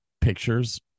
pictures